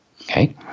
Okay